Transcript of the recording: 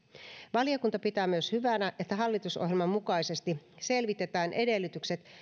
valiokunta pitää myös hyvänä että hallitusohjelman mukaisesti selvitetään edellytykset